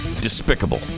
despicable